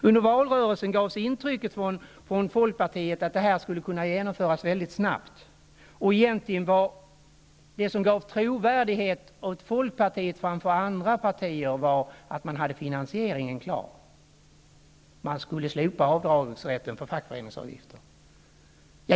Under valrörelsen gavs intrycket från folkpartiet att det här skulle kunna genomföras väldigt snabbt. Det som gav trovärdighet åt folkpartiet framför andra partier var att man hade finansieringen klar; man skulle slopa avdragsrätten för fackföreningsavgifter.